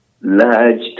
large